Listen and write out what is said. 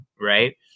right